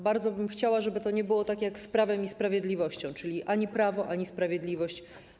Bardzo bym chciała, żeby nie było tak jak z Prawem i Sprawiedliwością, czyli że ani prawo, ani sprawiedliwość.